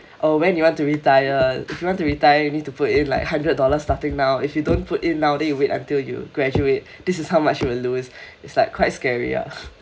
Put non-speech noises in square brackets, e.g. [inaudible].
oh when you want to retired if you want to retire you need to put in like hundred dollars starting now if you don't put in now then you wait until you graduate this is how much you will lose is like quite scary uh [laughs]